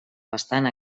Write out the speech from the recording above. bastant